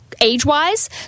age-wise